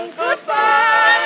goodbye